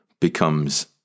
becomes